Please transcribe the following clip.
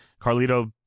Carlito